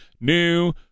new